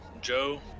joe